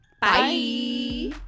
Bye